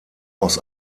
aus